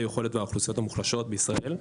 היכולת והאוכלוסיות המוחלשות בישראל.